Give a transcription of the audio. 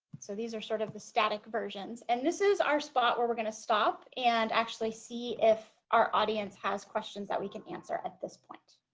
so these are sort of the static versions and this is our spot where we're going to stop and actually see if our audience has questions that we can answer at this point.